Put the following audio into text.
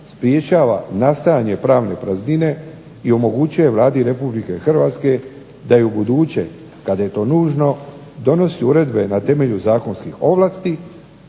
sprječava nastajanje pravne praznine i omogućuje Vladi Republike Hrvatske da i u buduće kada je to nužno donosi uredbe na temelju zakonskih ovlasti